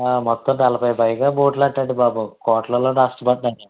మొత్తం నలబై పైగా బోటులంటండి పాపం కోట్లల్లో నష్టం అంటండి